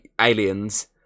aliens